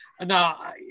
now